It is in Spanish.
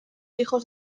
hijos